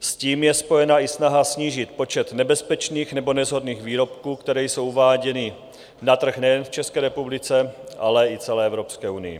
S tím je spojena i snaha snížit počet nebezpečných nebo neshodných výrobků, které jsou uváděny na trh nejen v České republice, ale i celé Evropské unii.